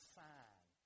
sign